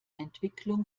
entwicklung